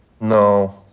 No